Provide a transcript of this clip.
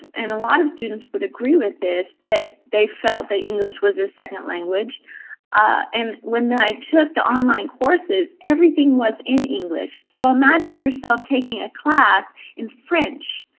and a lot of students would agree with this, that they felt that english was their second language and when i took the online courses, everything was in english. so imagine yourself taking a class in french.